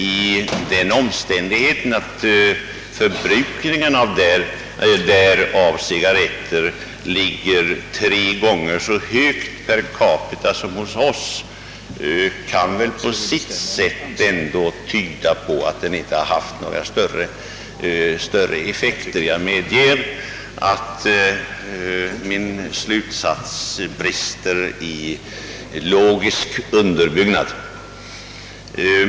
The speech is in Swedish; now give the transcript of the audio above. Men den omständigheten att förbrukningen av cigarretter per capita i USA är tre gånger så hög som hos oss kan väl ändå på sitt sätt tyda på att varningen inte har haft några större effekter. Jag medger att min slutsats icke har helt tillfredsställande 1ogisk underbyggnad.